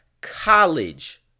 college